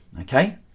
Okay